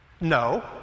no